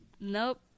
Nope